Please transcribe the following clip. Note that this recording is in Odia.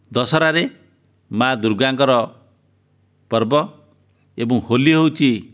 ଦଶହରାରେ ମାଁ ଦୁର୍ଗାଙ୍କର ପର୍ବ ଏବଂ ହୋଲି ହେଉଛି